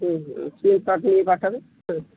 হুম হুম স্ক্রিনশট নিয়ে পাঠাবে হুম